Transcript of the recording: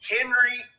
Henry